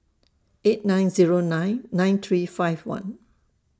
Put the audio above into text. eight nine Zero nine nine three five one